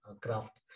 craft